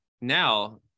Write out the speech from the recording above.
now